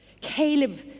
Caleb